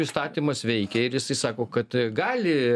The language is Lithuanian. įstatymas veikia ir jisai sako kad gali